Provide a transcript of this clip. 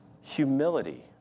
humility